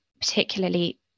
particularly